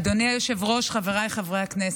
אדוני היושב-ראש, חבריי חברי הכנסת,